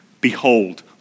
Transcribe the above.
Behold